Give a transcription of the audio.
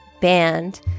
band